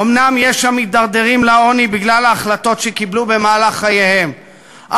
אומנם יש המתדרדרים לעוני בגלל ההחלטות שקיבלו במהלך חייהם,